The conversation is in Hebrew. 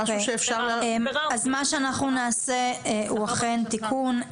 אז מה שאנחנו נעשה הוא אכן תיקון,